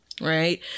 right